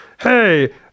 hey